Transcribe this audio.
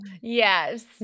Yes